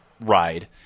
ride